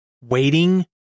waiting